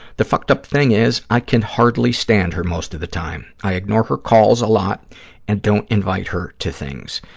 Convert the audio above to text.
the fucked-up thing is, i can hardly stand her most of the time. i ignore her calls a lot and don't invite her to things.